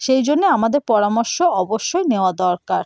সেই জন্যে আমাদের পরামর্শ অবশ্যই নেওয়া দরকার